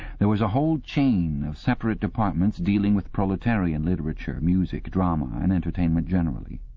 there was a whole chain of separate departments dealing with proletarian literature, music, drama, and entertainment generally.